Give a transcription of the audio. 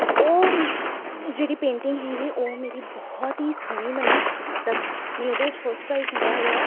ਉਹ ਜਿਹੜੀ ਪੇਂਟਿੰਗ ਹੈਗੀ ਉਹ ਮੇਰੀ ਬਹੁਤ ਹੀ ਸੋਹਣੀ ਬਣੀ ਮਤਲਬ ਮੈਨੂੰ ਉਹਦੇ ਵਿੱਚ ਫਸਟ ਪ੍ਰਾਈਜ਼ ਮਿਲਿਆ ਹੈਗਾ